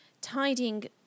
tidying